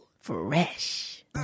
Fresh